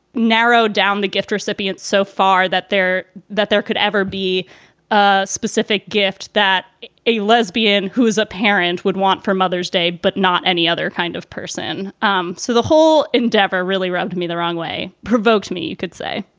narrow down the gift recipient so far that there that there could ever be a specific gift that a lesbian who is a parent would want for mother's day, but not any other kind of person. um so the whole endeavor really rubbed me the wrong way, provoked me. you could say,